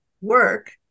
work